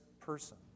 person